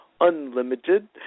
Unlimited